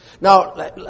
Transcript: Now